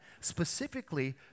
specifically